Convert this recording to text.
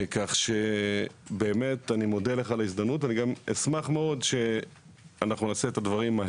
אני אשמח מאוד שנעשה את הדברים,